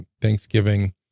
Thanksgiving